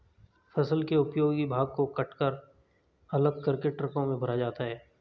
फसल के उपयोगी भाग को कटकर अलग करके ट्रकों में भरा जाता है